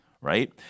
right